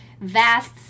vast